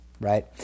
right